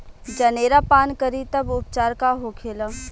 जनेरा पान करी तब उपचार का होखेला?